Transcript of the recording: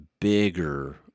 bigger